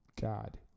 God